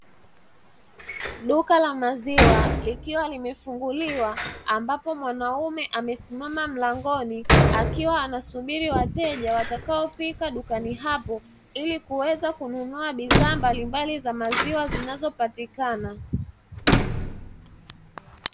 Duka la maziwa likiwa limefunguliwa, ambapo mwanaume amesimama mlangoni akiwa anasubiri wateja watakaofika dukani hapo, ili kuweza kununua bidhaa mbalimbali za maziwa zinazopatikana.